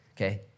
okay